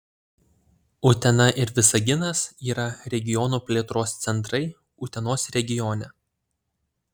utena ir visaginas yra regiono plėtros centrai utenos regione